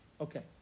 Okay